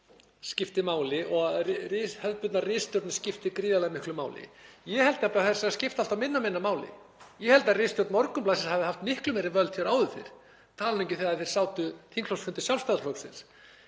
skipti máli og hefðbundnar ritstjórnir skipti gríðarlega miklu máli. Ég held að þær skipti alltaf minna og minna máli. Ég held að ritstjórn Morgunblaðsins hafi haft miklu meiri völd hér áður fyrr, tala nú ekki þegar þeir sátu þingflokksfundi Sjálfstæðisflokksins.